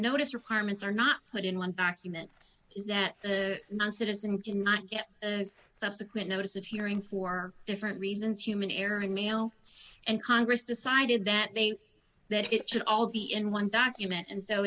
notice requirements are not put in one document is that the non citizen cannot get a subsequent notice of hearing for different reasons human error and male and congress decided that they that it should all be in one document and so